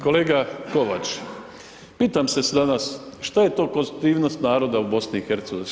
Kolega Kovač, pitam se danas što je to konstitutivnost naroda u BiH-u?